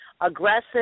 aggressive